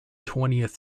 twentieth